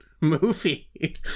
movie